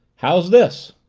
how's this?